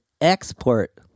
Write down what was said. export